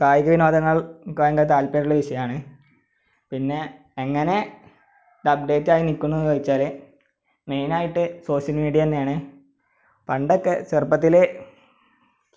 കായിക വിനോദങ്ങൾ എനിക്ക് ഭയങ്കര താല്പര്യമുള്ള വിഷയമാണ് പിന്നെ എങ്ങനെ ഇത് അപ്ഡേറ്റായി നിൽ ക്കുന്നു എന്ന് ചോദിച്ചാൽ മെയ്നായിട്ട് സോഷ്യൽ മീഡിയ തന്നെയാണ് പണ്ടൊക്കെ ചെറുപ്പത്തിലെ